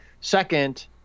second